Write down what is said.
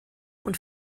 und